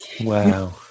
Wow